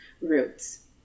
roots